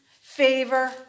favor